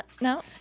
no